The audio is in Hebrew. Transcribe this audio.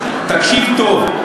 תקשיב טוב.